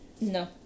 No